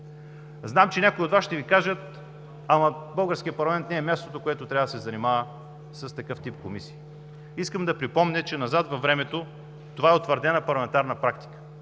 Знам, че някои от Вас ще Ви кажат: българският парламент не е мястото, което трябва да се занимава с такъв тип комисии. Искам да припомня, че назад във времето това е утвърдена парламентарна практика.